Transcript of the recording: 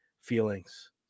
feelings